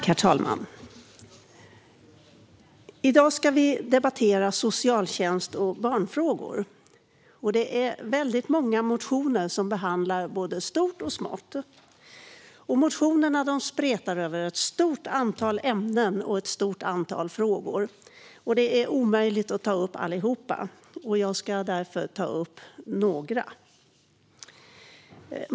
Herr talman! I dag ska vi debattera socialtjänst och barnfrågor. Det är många motioner som behandlar både stort och smått. Motionerna spretar över ett stort antal ämnen och frågor, och det är omöjligt att ta upp alla. Jag ska ta upp några av dem.